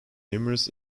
numerous